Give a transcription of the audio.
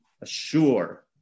assure